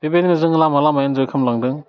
बेबायदिनो जों लामा लामा इनजय खालामलांदों